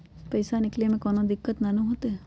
पईसा निकले में कउनो दिक़्क़त नानू न होताई?